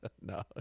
No